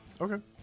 Okay